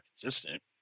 consistent